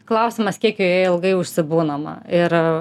klausimas kiek joje ilgai užsibūnama ir